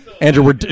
Andrew